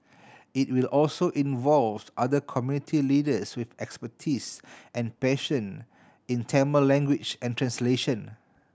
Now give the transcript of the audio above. it will also involve other community leaders with expertise and passion in Tamil language and translation